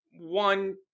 one